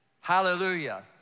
Hallelujah